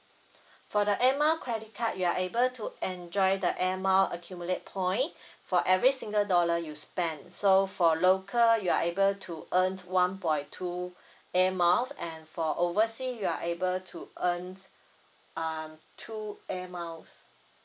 for the air mile credit card you are able to enjoy the air mile accumulate point for every single dollar you spend so for local you are able to earn one point two airmiles and for oversea you are able to earn um two airmiles